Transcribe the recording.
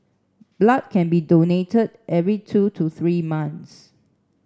blood can be donated every two to three months